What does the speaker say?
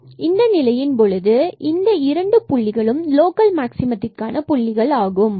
எனவே இந்த நிலையின் பொழுது இந்த இரண்டு புள்ளிகளும் லோக்கல் மாக்சிமத்திற்கான புள்ளிகள் ஆகும்